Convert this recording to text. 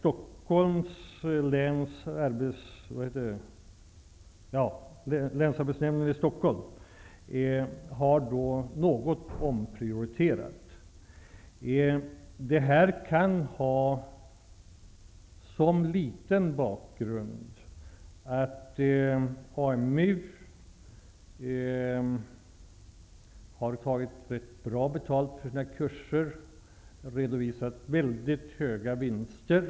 Länsarbetsnämnden i Stockholm har gjort en omprioritering. En liten orsak kan vara att AMU har tagit ganska bra betalt för sina kurser och redovisat mycket stora vinster.